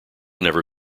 never